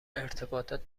ارتباطات